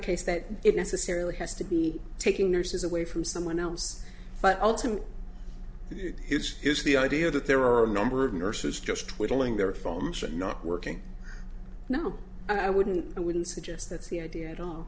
case that it necessarily has to be taking nurses away from someone else but ultimately it is the idea that there are number of nurses just wiggling there from should not working no i wouldn't i wouldn't suggest that's the idea at all